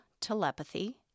telepathy